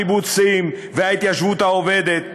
הקיבוצים וההתיישבות העובדת,